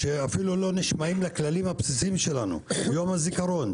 שאפילו לא נשמעים לכללים הבסיסיים שלנו; יום הזיכרון,